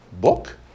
book